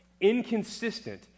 inconsistent